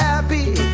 Happy